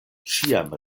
ĉiam